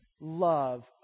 love